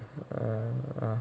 a'ah